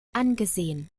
angesehen